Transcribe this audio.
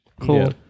Cool